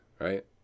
right